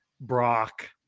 Brock